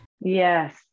Yes